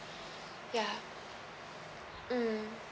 ya mm